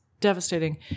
devastating